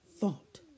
thought